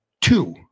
two